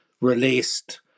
released